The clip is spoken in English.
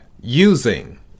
using